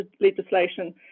legislation